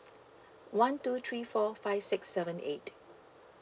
one two three four five six seven eight